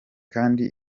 kandi